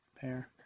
pair